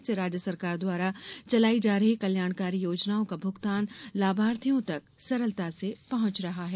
इससे राज्य सरकार द्वारा चलायी जा रही कल्याणकारी योजनाओं का भुगतान लाभार्थियों तक सरलता से पहुँच रहा है